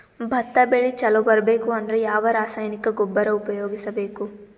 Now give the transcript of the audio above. ಭತ್ತ ಬೆಳಿ ಚಲೋ ಬರಬೇಕು ಅಂದ್ರ ಯಾವ ರಾಸಾಯನಿಕ ಗೊಬ್ಬರ ಉಪಯೋಗಿಸ ಬೇಕು?